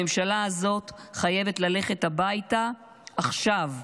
הממשלה הזאת חייבת ללכת הביתה עכשיו.